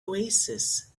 oasis